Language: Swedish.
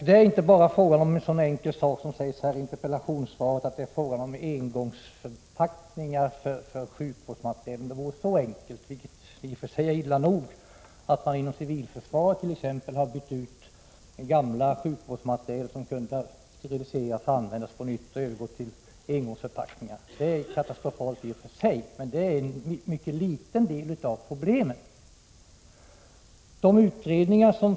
Det är inte bara fråga om en sådan enkel sak som engångsförpackningar för sjukvårdsmateriel, som det talas om i interpellationssvaret. Det är i och för sig illa nog att man inom t.ex. civilförsvaret bytt ut gammal sjukvårdsmateriel som kan steriliseras och användas på nytt mot engångsförpackningar. Om det ändå vore så enkelt. Detta är katastrofalt i och för sig, men det är en mycket liten del av problemet.